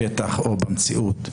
בשטח או במציאות,